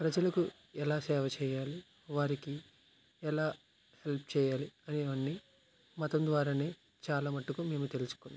ప్రజలకు ఎలా సేవ చేయాలి వారికి ఎలా హెల్ప్ చేయాలి అనేవన్నీ మతం ద్వారానే చాలా మటుకు మేము తెలుసుకున్నాం